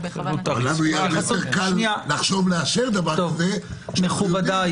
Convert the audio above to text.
לנו יהיה הרבה יותר קל לחשוב לאשר דבר כזה כשאנחנו יודעים